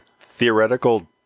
theoretical